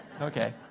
Okay